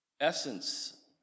essence